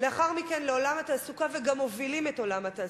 לאחר מכן לעולם התעסוקה וגם מובילים את עולם התעסוקה,